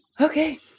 okay